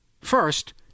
First